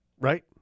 Right